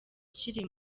ukiri